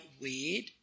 weird